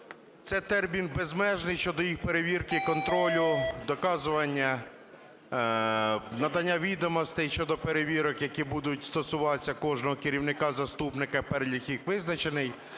це термін безмежний щодо їх перевірки, контролю, доказування, надання відомостей щодо перевірок, які будуть стосуватися кожного керівника, заступника, перелік їх визначений.